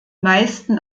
meisten